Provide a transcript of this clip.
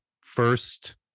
first